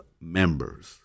members